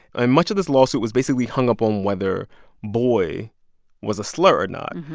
and much of this lawsuit was basically hung up on whether boy was a slur or not.